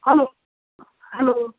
hello hello